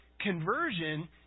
conversion